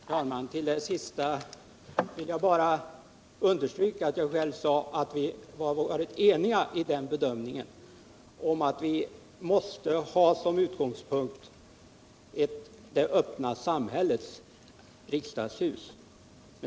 Herr talman! Med anledning av det Karl Boo yttrade nu senast vill jag bara understryka att jag själv sade att vi har varit eniga i den bedömningen att vi måste ha som utgångspunkt ett det öppna samhällets riksdagshus.